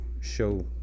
show